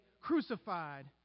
crucified